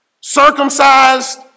Circumcised